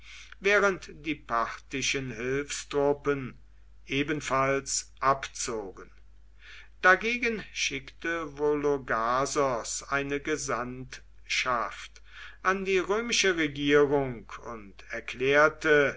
während die parthischen hilfstruppen ebenfalls abzogen dagegen schickte vologasos eine gesandtschaft an die römische regierung und erklärte